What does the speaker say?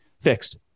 fixed